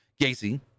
Gacy